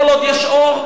כל עוד יש אור,